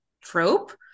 trope